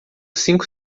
cinco